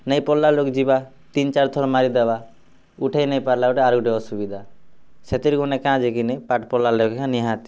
ନେଇ ପଢ଼୍ଲା ଲୋକ୍ ଯିବା ତିନ୍ ଚାଏର୍ ଥର୍ ମାରିଦେବା ଉଠେଇ ନାଇ ପାର୍ଲେ ଆରୁ ଗୁଟେ ଅସୁବିଧା ସେଥିର୍ ଗନେ କା'ଯେ କିନି ନାଇ ପାଠ ପଢ଼ା ଲୋକ୍ ନିହାତି